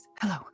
hello